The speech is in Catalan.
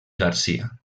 garcia